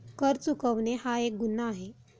कर चुकवणे हा एक गुन्हा आहे